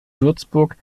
würzburg